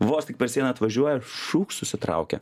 vos tik per sieną atvažiuoja šuch susitraukia